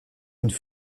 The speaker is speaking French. une